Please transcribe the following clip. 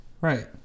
Right